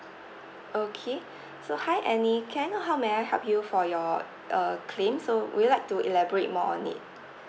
okay so hi annie can know how may I help you for your uh claim so would you like to elaborate more on it